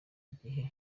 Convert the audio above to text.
igihe